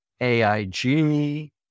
AIG